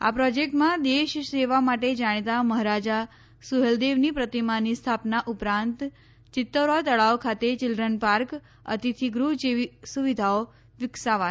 આ પ્રોજકેટમાં દેશ સેવા માટે જાણીતા મહારાજ સુહેલદેવની પ્રતિમાની સ્થાપના ઉપરાંત ચિતૌરા તળાવ ખાતે ચિલ્શ્રન પાર્ક અતિથિ ગૃહ જેવી સુવિધાઓ વિકસાવાશે